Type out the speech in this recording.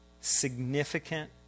significant